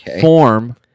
Form